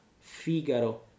Figaro